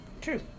true